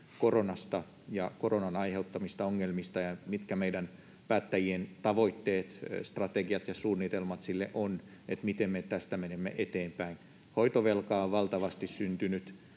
koronasta ja koronan aiheuttamista ongelmista ja mitkä meidän päättäjien tavoitteet, strategiat ja suunnitelmat ovat sille, miten me tästä menemme eteenpäin. Hoitovelkaa on valtavasti syntynyt,